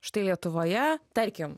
štai lietuvoje tarkim